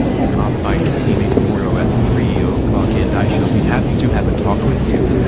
drop by to see me tomorrow at three o clock and i shall be happy to have a talk with you.